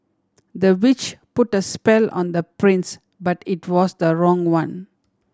the witch put a spell on the prince but it was the wrong one